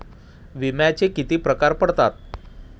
विम्याचे किती प्रकार पडतात?